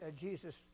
Jesus